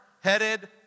headed